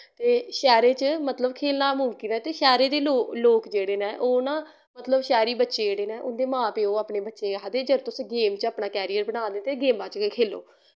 ते शैह्रें च मतलव खेलना मुमकिन ऐ ते शैह्रे दे लोक जेह्ड़े नै ओह् ना मतलव शैह्री बच्चे जेह्ड़े नै उंदे मां प्यो अपने बच्चें आखदे जे तुस गेम च अपना कैरियर बना दे ते गेमां च गै खेलो